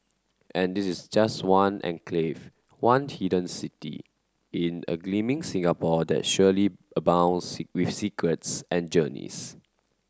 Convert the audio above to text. and this is just one enclave one hidden city in a gleaming Singapore that surely abounds with secrets and journeys